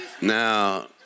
Now